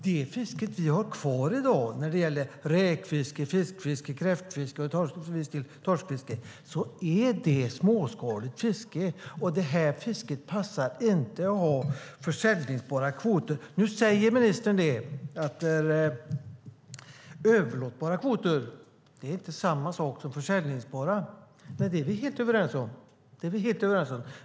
Det fiske vi har kvar i dag - det gäller räkfiske, fiskfiske, kräftfiske och torskfiske - är ett småskaligt fiske. Det passar inte att ha säljbara kvoter inom det fisket. Nu säger ministern att överlåtbara kvoter inte är samma sak som säljbara kvoter. Nej, det är vi helt överens om.